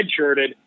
redshirted